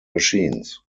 machines